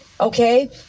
Okay